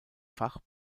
fach